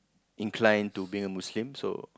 inclined to being a Muslim so